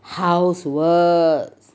housework